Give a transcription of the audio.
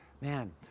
Man